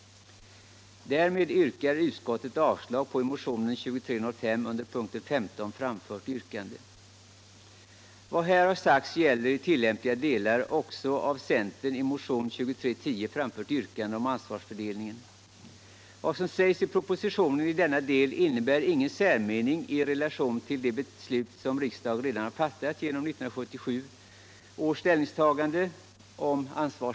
Därmed yrkar utskottet avslag på det i motion 2305 under punkten 15 framförda yrkandet.